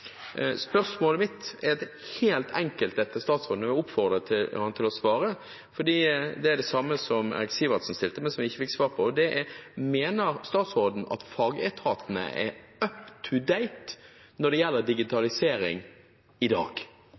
er et helt enkelt et til statsråden, og jeg vil oppfordre ham til å svare, for det er det samme som representanten Sivertsen stilte, men ikke fikk svar på. Det er: Mener statsråden at fagetatene er up-to-date når det gjelder digitalisering i dag?